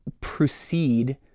proceed